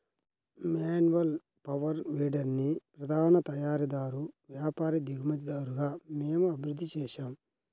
manual power వీడర్ని ప్రధాన తయారీదారు, వ్యాపారి, దిగుమతిదారుగా మేము అభివృద్ధి చేసాము